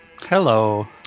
Hello